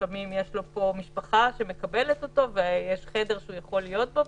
לפעמים יש לו פה משפחה שמקבלת אותו ויש לו חדר שהוא יכול להיות בו.